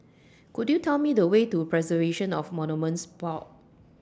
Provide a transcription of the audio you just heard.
Could YOU Tell Me The Way to Preservation of Monuments Board